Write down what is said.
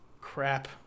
Crap